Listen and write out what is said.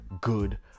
good